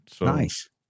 Nice